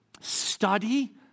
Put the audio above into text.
study